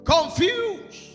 confused